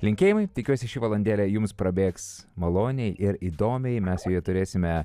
linkėjimai tikiuosi ši valandėlė jums prabėgs maloniai ir įdomiai mes vėl turėsime